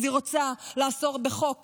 אז היא רוצה לאסור בחוק